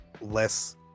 less